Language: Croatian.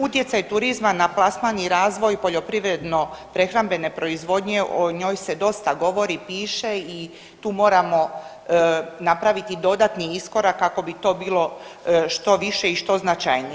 Utjecaj turizma na plasman i razvoj poljoprivredno prehrambene proizvodnje, o njoj se dosta govori i piše i tu moramo napraviti dodatni iskorak kako bi to bilo što više i što značajnije.